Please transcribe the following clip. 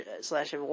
slash